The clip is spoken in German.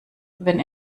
wenn